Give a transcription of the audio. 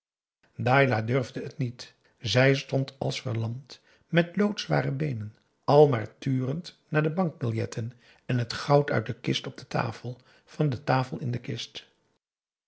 dailah durfde het niet zij stond als verlamd met loodzware beenen al maar turend naar de bankbiljetten en het goud uit de kist op de tafel van de tafel in de kist